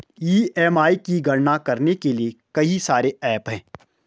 EMI की गणना करने के लिए कई सारे एप्प हैं